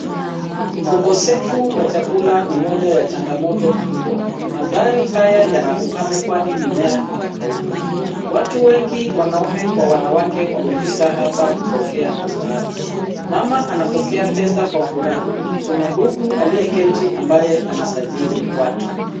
Ukosefu wa chakula ni moja ya changamoto kubwa. Mandhari haya yana ukame kwani mimea inakauka. Watu wengi wanaume kwa wanawake wamefika hapa kupokea msaada. Mama anapokea pesa kwa furaha. Kuna ndugu aliyeketi ambaye anasajili watu.